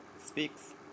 speaks